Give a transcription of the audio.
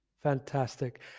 Fantastic